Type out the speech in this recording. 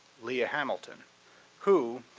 leah hamilton who,